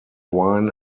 wine